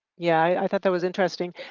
yeah, i thought that was interesting.